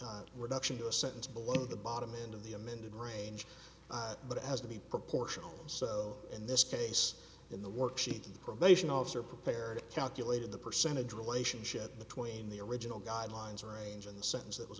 were duction to a sentence below the bottom end of the amended range but it has to be proportional so in this case in the worksheet the probation officer prepared calculated the percentage relationship between the original guidelines arranging the sentence that was